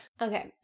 Okay